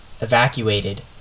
evacuated